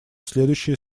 следующие